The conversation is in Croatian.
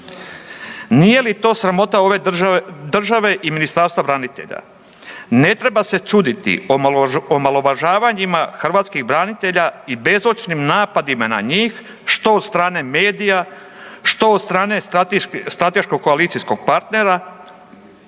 Nije li to sramota ove države i Ministarstva branitelja? Ne treba se čuditi omalovažavanjima hrvatskih branitelja i bezočnim napadima na njih što od strane medija, što od strane strateškog koalicijskog partnera